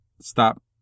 stop